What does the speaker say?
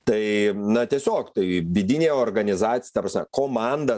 tai na tiesiog tai vidinė organiza ta prasme komanda